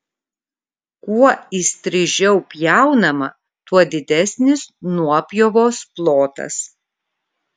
kuo įstrižiau pjaunama tuo didesnis nuopjovos plotas